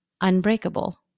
unbreakable